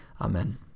Amen